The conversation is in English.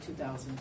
2000